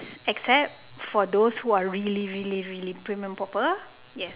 except for those who are really really really prim and proper yes